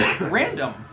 random